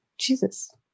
Jesus